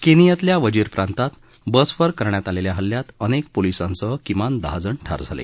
केनियातल्या वजीर प्रांतात बसवर करण्यात आलेल्या हल्ल्यात अनेक पोलिसांसह किमान दहा जण ठार झाले